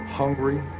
hungry